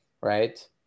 right